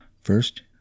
first